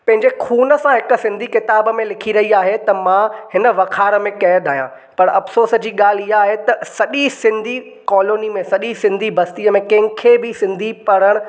पंहिंजे ख़ून सां हिकु सिंधी किताब में लिखी रही आहे त मां हिन वखार मे क़ैद आहियां पर अफ़सोस जी ॻाल्हि इहा आहे त सॼी सिंधी कॉलोनी मे सॼी सिंधी बस्तीअ मे कंहिंखे बि सिंधी पढ़णु